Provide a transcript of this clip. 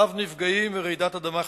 רב-נפגעים ורעידת אדמה חזקה.